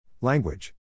Language